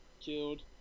killed